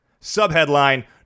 Subheadline